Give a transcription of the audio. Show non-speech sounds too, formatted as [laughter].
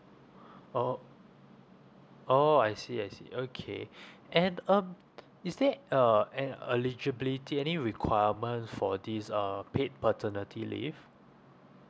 [breath] oh oh I see I see okay [breath] and um is there uh an eligibility any requirement for this uh paid paternity leave